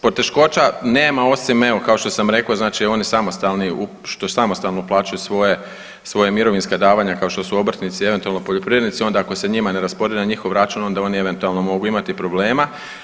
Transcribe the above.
Poteškoća nema osim evo kao što sam rekao znači oni samostalni, što samostalno uplaćuju svoje, svoje mirovinska davanja kao što su obrtnici i eventualno poljoprivrednici onda ako se njima ne rasporedi na njihov račun onda oni eventualno mogu imati problema.